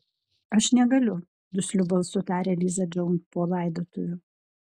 aš negaliu dusliu balsu tarė liza džonui po laidotuvių